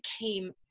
came